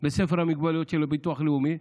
בספר המוגבלויות של הביטוח הלאומי,